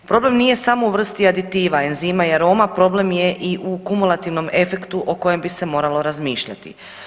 Problem nije samo u vrsti aditiva, enzima i aroma, problem je i u kumulativnom efektu o kojem bi se moralo razmišljati.